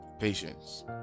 patience